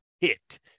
hit